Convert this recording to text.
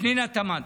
פנינה תמנו.